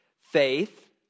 Faith